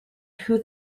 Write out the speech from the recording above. who